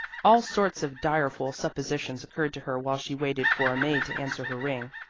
all sorts of direful suppositions occurred to her while she waited for a maid to answer her ring.